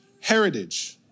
heritage